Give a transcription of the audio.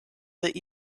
that